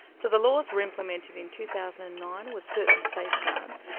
so the laws were implemented in two thousand and nine with certain safeguards,